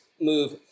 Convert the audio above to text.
move